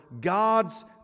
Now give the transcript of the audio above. God's